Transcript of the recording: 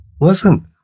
listen